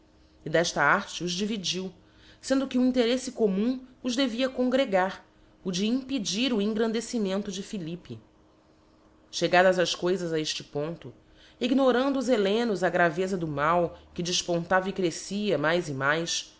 e defta art os dividiu sendo que um intereffe commum os dev congregar o de impedir o engrandecimento de pfvi lippe chegadas as coifas a efte ponto ignorando os hellenos a graveza do mal que defpontava e crefcia mais e mais